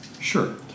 Sure